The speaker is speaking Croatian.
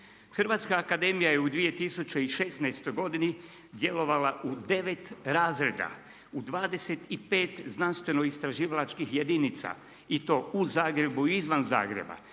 za RH. HAZU je u 2016. godini djelovala u 9 razreda u 25 znanstveno-istraživalačkih jedinica i to u Zagrebu i izvan Zagreba